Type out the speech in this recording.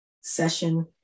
session